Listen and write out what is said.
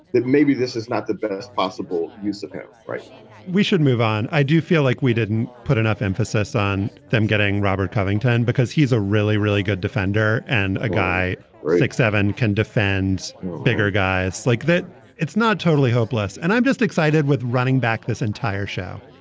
that maybe this is not the best possible use of him. right we should move on. i do feel like we didn't put enough emphasis on them getting robert covington because he's a really, really good defender and a guy zero six seven can defend bigger guys like that it's not totally hopeless. and i'm just excited with running back this entire show.